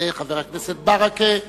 זה חבר הכנסת ברכה.